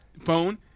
phone